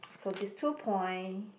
so this two point